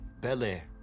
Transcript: Bel-Air